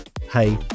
hey